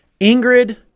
Ingrid